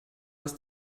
was